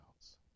else